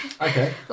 Okay